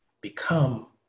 become